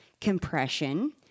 compression